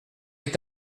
est